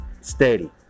Steady